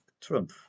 trump